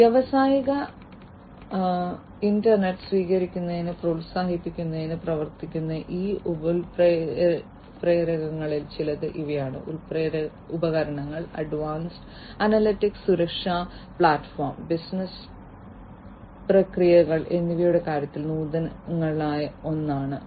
വ്യാവസായിക ഇൻറർനെറ്റ് സ്വീകരിക്കുന്നത് പ്രോത്സാഹിപ്പിക്കുന്നതിന് പ്രവർത്തിക്കുന്ന ഈ ഉൽപ്രേരകങ്ങളിൽ ചിലത് ഇവയാണ് ഉപകരണങ്ങൾ അഡ്വാൻസ്ഡ് അനലിറ്റിക്സ് സുരക്ഷാ പ്ലാറ്റ്ഫോം ബിസിനസ് പ്രക്രിയകൾ എന്നിവയുടെ കാര്യത്തിൽ നൂതനതകൾ 1 ആണ്